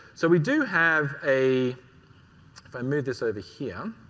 so, we do have a if i move this over here.